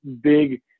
big